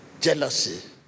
jealousy